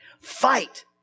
Fight